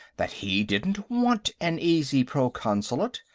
that he didn't want an easy proconsulate,